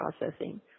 processing